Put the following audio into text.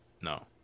No